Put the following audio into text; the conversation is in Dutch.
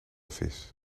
vis